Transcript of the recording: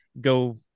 go